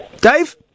Dave